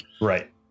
Right